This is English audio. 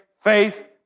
faith